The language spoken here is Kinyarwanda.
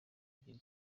kugira